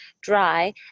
dry